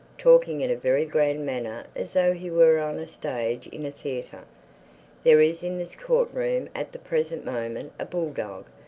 talking in a very grand manner as though he were on a stage in a theatre there is in this court-room at the present moment a bulldog,